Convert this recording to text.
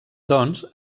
doncs